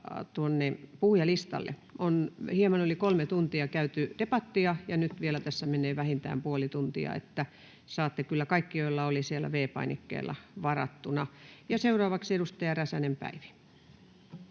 puhujalistalle. On hieman yli kolme tuntia käyty debattia, ja nyt vielä tässä menee vähintään puoli tuntia. Saatte kyllä puheenvuoron kaikki, joilla oli siellä V-painikkeella varattuna. — Ja seuraavaksi edustaja Räsänen, Päivi.